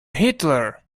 hitler